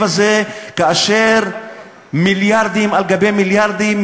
הזה כאשר מיליארדים על גבי מיליארדים,